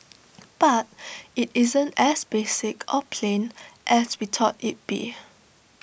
but IT isn't as basic or plain as we thought it'd be